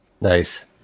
nice